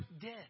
dead